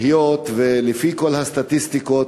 היות שלפי כל הסטטיסטיקות,